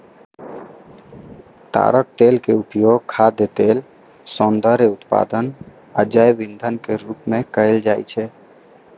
ताड़क तेल के उपयोग खाद्य तेल, सौंदर्य उत्पाद आ जैव ईंधन के रूप मे कैल जाइ छै